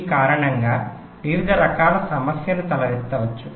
ఈ కారణంగా వివిధ రకాల సమస్యలు తలెత్తవచ్చు